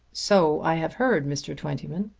so i have heard, mr. twentyman.